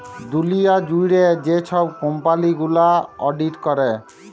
দুঁলিয়া জুইড়ে যে ছব কম্পালি গুলা অডিট ক্যরে